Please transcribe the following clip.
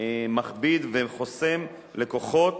מכביד וחוסם לקוחות